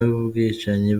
y’ubwicanyi